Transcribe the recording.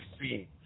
see